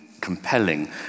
compelling